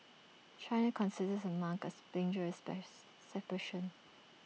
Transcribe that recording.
China considers the monk as dangerous space separation